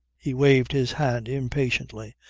he waved his hand impatiently.